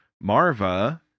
Marva